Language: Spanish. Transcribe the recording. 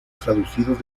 traducidos